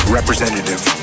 representative